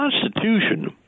Constitution